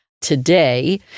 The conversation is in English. Today